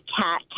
cat